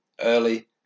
early